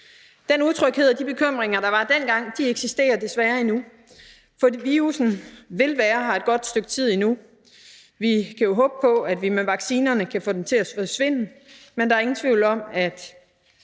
Den utryghed og de bekymringer, der var dengang, eksisterer desværre endnu, for virussen vil være her et godt stykke tid endnu. Vi kan jo håbe på, at vi med vaccinerne kan få den til at forsvinde, men der er ingen tvivl om, at